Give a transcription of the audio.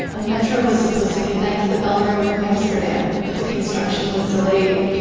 a metro was supposed to connect the bijlmer with amsterdam, but the construction was delayed.